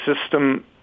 system